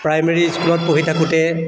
primary স্কুলত পঢ়ি থাকোঁতে